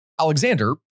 Alexander